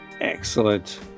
Excellent